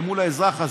ומול האזרח,